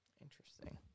Interesting